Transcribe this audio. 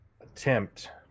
attempt